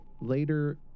later